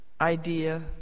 idea